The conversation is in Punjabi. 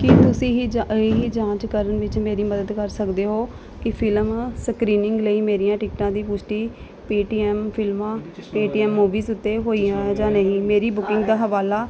ਕੀ ਤੁਸੀਂ ਇਹ ਜਾ ਇਹ ਜਾਂਚ ਕਰਨ ਵਿੱਚ ਮੇਰੀ ਮਦਦ ਕਰ ਸਕਦੇ ਹੋ ਕਿ ਫ਼ਿਲਮ ਸਕ੍ਰੀਨਿੰਗ ਲਈ ਮੇਰੀਆਂ ਟਿਕਟਾਂ ਦੀ ਪੁਸ਼ਟੀ ਪੇਟੀਐਮ ਫਿਲਮਾਂ ਪੇਟੀਐਮ ਮੂਵੀਜ਼ ਉੱਤੇ ਹੋਈ ਹੈ ਜਾਂ ਨਹੀਂ ਮੇਰੀ ਬੁਕਿੰਗ ਦਾ ਹਵਾਲਾ